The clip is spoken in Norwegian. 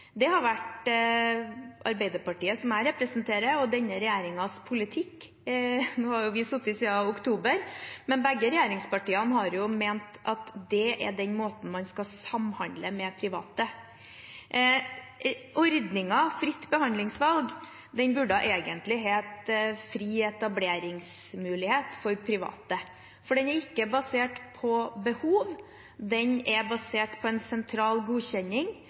Det har vært Arbeiderpartiet, som jeg representerer, og denne regjeringen sin politikk. Nå har vi jo sittet siden oktober, men begge regjeringspartiene har ment at det er den måten man skal samhandle med private på. Ordningen fritt behandlingsvalg burde egentlig hett fri etableringsmulighet for private, for den er ikke basert på behov, den er basert på en sentral godkjenning,